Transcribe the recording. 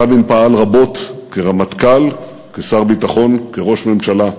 רבין פעל רבות כרמטכ"ל, כשר ביטחון, כראש ממשלה,